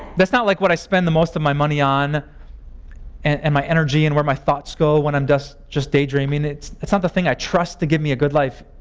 that's not like what i spend the most of my money on and my energy and where my thoughts go when i'm just just daydreaming. that's that's not the thing i trust to give me a good life,